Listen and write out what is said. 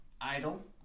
Idle